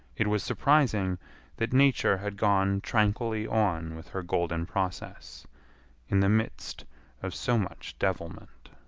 it was surprising that nature had gone tranquilly on with her golden process in the midst of so much devilment.